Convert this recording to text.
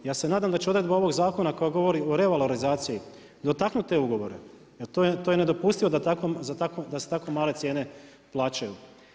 Ja se nadam da će odredba ovog zakona koja ogovori o revalorizaciji dotaknuti te ugovore, to je nedopustivo da se tako malo cijene plaćaju.